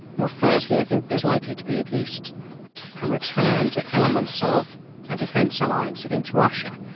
well firstly i think there's likely to be at least a return to elements of a defence alliance against russia.